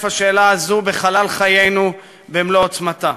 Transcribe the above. השאלה הזו בחלל חיינו במלוא עוצמתה.